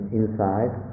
inside